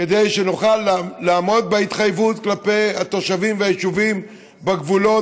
כדי שנוכל לעמוד בהתחייבות כלפי התושבים והיישובים בגבולות,